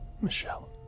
Michelle